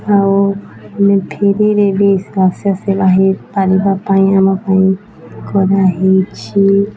ଆଉ ଆମେ ଫ୍ରୀରେ ବି ସ୍ଵାସ୍ଥ୍ୟ ସେବା ହୋଇପାରିବା ପାଇଁ ଆମ ପାଇଁ କରାହୋଇଛି